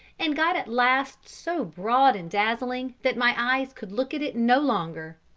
and got at last so broad and dazzling, that my eyes could look at it no longer.